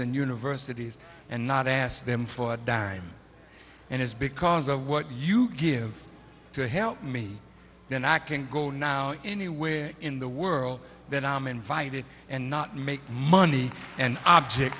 and universities and not ask them for a dime and it's because of what you give to help me then i can go now anywhere in the world than i am invited and not make money and object